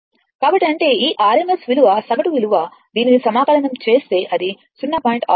కాబట్టి అంటే ఈ RMS విలువ సగటు విలువ దీనిని సమాకలనం చేస్తే అది 0